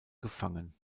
gefangen